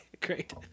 great